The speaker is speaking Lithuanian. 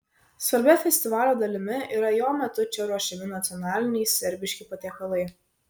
svarbia festivalio dalimi yra jo metu čia ruošiami nacionaliniai serbiški patiekalai